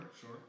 sure